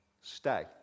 Stay